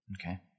Okay